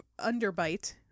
underbite